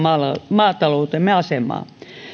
maataloutemme asemaa